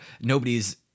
nobody's